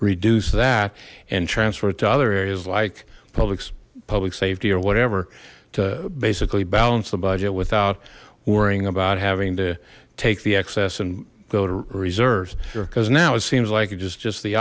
reduce that and transfer it to other areas like publix public safety or whatever to basically balance the budget without worrying about having to take the excess and go to reserves because now it seems like it is just the